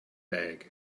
bag